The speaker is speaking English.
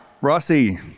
Rossi